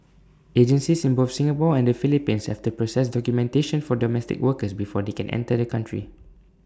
agencies in both Singapore and the Philippines have to process documentation for domestic workers before they can enter the country